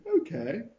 Okay